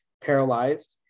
paralyzed